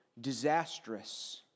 disastrous